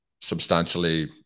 substantially